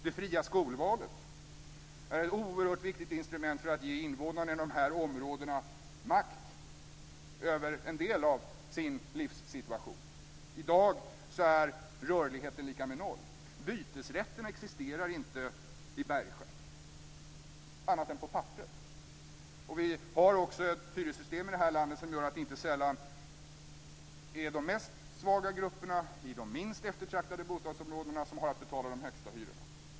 Det fria skolvalet är ett oerhört viktigt instrument för att ge invånarna inom de här områdena makt över en del av sin livssituation. I dag är rörligheten lika med noll. Bytesrätten existerar inte i Bergsjön annat än på papperet. Vi har ett hyressystem i det här landet som gör att det inte sällan är de mest svaga grupperna i de minst eftertraktade bostadsområdena som har att betala de högsta hyrorna.